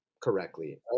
correctly